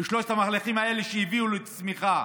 ושלושת המהלכים האלה הביאו לצמיחה.